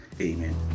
Amen